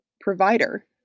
provider